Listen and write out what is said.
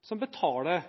som betaler